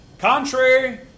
Contrary